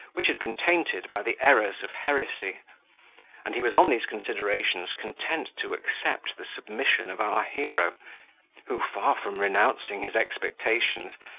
which had been tainted by the errors of heresy and he was on these considerations content to accept the submission of our hero who, far from renouncing his expectations,